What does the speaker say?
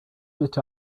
lit